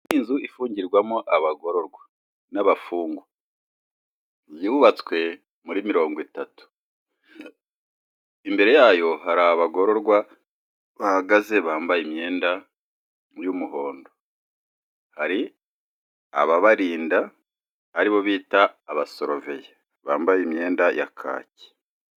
Iyi ni inzu ifungirwamo abagororwa n'abafungwa, yubatswe muri mirongo itatu, imbere yayo hari abagororwa bahahagaze bambaye imyenda y'umuhondo, hari ababarinda aribo bita abasoroviya bambaye imyenda ya kaki.